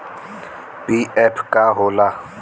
PF का होला?